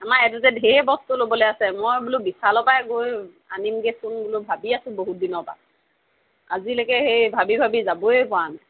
আমাৰ এইটোৰ যে ধেৰ বস্তু ল'বলৈ আছে মই বোলো বিশালৰ পৰাই গৈ আনিমগৈচোন বোলো ভাবি আছোঁ বহুত দিনৰ পৰা আজিলৈকে সেই ভাবি ভাবি যাবই পৰা নাই